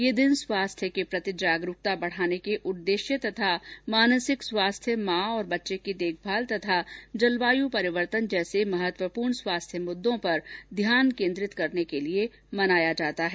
ये दिन स्वास्थ्य के प्रति जागरूकता बढाने के उद्देश्य तथा मानसिक स्वास्थ्य मॉ और बच्चे की देखभाल तथा जलवायु परिवर्तन जैसे महत्वपूर्ण स्वास्थ्य मुद्दों पर ध्यान केन्द्रित करने के लिए मनाया जाता है